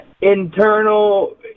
Internal